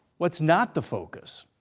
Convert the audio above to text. what's not the focus?